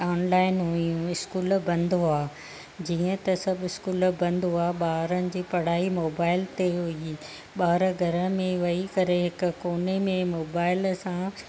online हुयूं school बंदि हुआ जीअं त सभु स्कूल बंदि हुआ ॿारनि जी पढ़ाई मोबाइल ते हुई ॿार घर में वेई करे हिकु कोने में मोबाइल सां